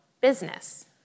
business